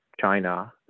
China